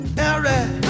Alright